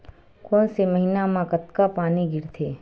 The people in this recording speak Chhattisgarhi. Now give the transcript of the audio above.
कोन से महीना म कतका पानी गिरथे?